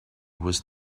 was